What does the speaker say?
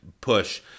push